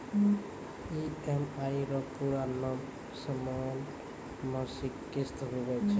EMI रो पूरा नाम समान मासिक किस्त हुवै छै